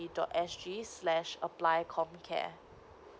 dot S G slash apply comcare